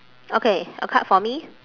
okay a card for me